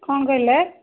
କ'ଣ କହିଲେ